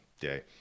day